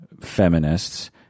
feminists